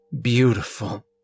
Beautiful